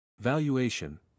Valuation